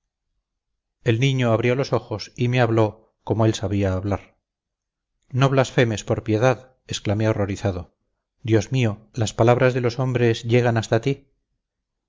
el niño abrió los ojos y me habló como él sabía hablar no blasfemes por piedad exclamé horrorizado dios mío las palabras de los hombres llegan hasta ti